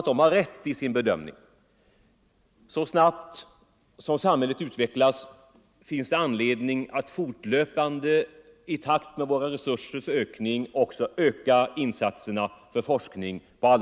Det är säkerligen en riktig bedömning.